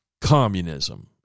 communism